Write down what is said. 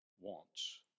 wants